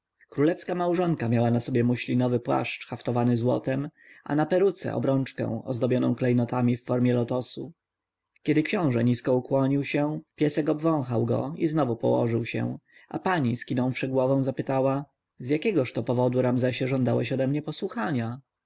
królewska małżonka miała na sobie muślinowy płaszcz haftowany złotem a na peruce obrączkę ozdobioną klejnotami w formie lotosu kiedy książę nisko ukłonił się piesek obwąchał go i znowu położył się a pani skinąwszy głową zapytała z jakiegoż to powodu ramzesie żądałeś ode mnie posłuchania